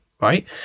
right